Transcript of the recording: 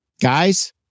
Guys